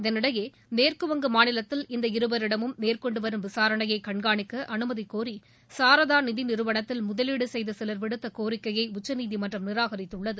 இதனிடையே மேற்கு வங்க மாநிலத்தில் இந்த இருவரிடமும் மேற்கொண்டு வரும் விசாரணையை கண்கானிக்க அனுமதி கோரி சாரதா நிதி நிறுவனத்தில் முதலீடு செய்த சிலர் விடுத்த கோரிக்கையை உச்சநீதிமன்றம் நிராகரித்துள்ளது